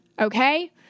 Okay